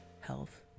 health